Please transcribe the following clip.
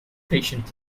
patient